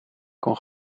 kon